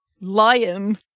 lion